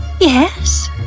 Yes